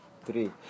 Three